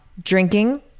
drinking